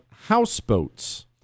houseboats